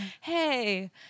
hey